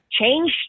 change